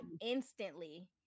instantly